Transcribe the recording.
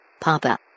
Papa